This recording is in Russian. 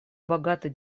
богатый